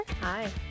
Hi